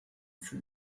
for